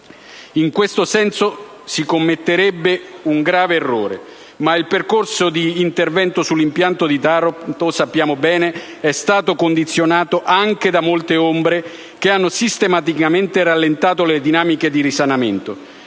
In questo senso si commetterebbe un grave errore. Ma il percorso di intervento sull'impianto di Taranto, sappiamo bene, è stato condizionato anche da molte ombre che hanno sistematicamente rallentato le dinamiche di risanamento.